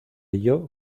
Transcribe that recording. ello